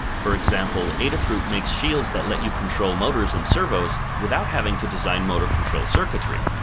for example, adafruit makes shields that let you control motors and servos, without having to design motor control circuitry.